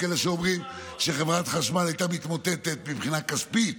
יש כאלה שאומרים שחברת החשמל הייתה מתמוטטת מבחינה כספית,